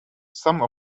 some